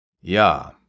Ja